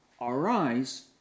arise